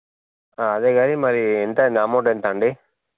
అదే కాని మరి అంతే అవుతుంది అమౌంట్ ఎంతండి